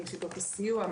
מיחידות הסיוע,